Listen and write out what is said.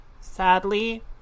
Sadly